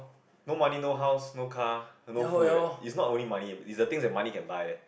no money no house no car no food eh is not only money is the things that money can buy eh